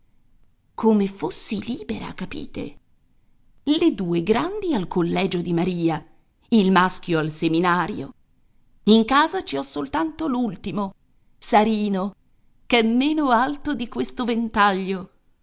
come fossi libera capite le due grandi al collegio di maria il maschio al seminario in casa ci ho soltanto l'ultimo sarino ch'è meno alto di questo ventaglio